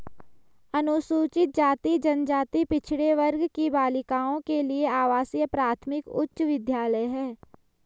अनुसूचित जाति जनजाति पिछड़े वर्ग की बालिकाओं के लिए आवासीय प्राथमिक उच्च विद्यालय है